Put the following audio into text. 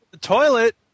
Toilet